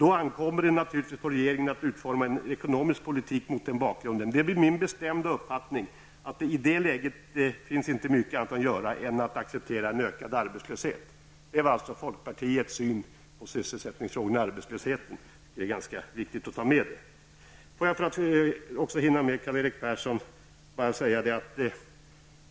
Då ankommer det naturligtvis på regeringen att utforma en ekonomisk politik mot den bakgrunden. Det är min bestämda uppfattning att det i det läget inte finns mycket annat att göra än att acceptera en ökad arbetslöshet --.'' Detta var alltså folkpartiets syn på sysselsättningsfrågorna och arbetslösheten. Det är ganska viktigt att detta tas med. Till Karl-Erik Persson vill jag säga följande.